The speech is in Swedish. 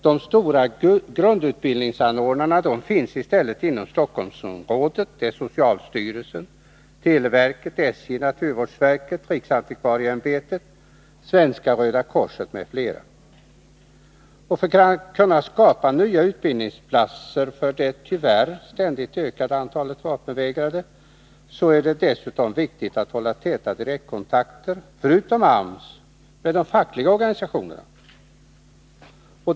De stora grundutbildningsanordnarna finns i stället inom Stockholmsområdet: socialstyrelsen, televerket, SJ, naturvårdsverket, riksantikvarieämbetet, Svenska röda korset m.fl. För att man skall kunna skapa nya utbildningsplatser för det tyvärr ständigt ökande antalet vapenvägrare är det dessutom viktigt att hålla täta direktkontakter, förutom med AMS även med de fackliga organisationerna.